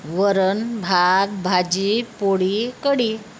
वरण भात भाजी पोळी कढी